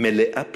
מלאה פלאים,